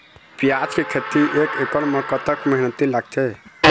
प्याज के खेती एक एकड़ म कतक मेहनती लागथे?